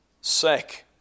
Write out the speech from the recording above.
sake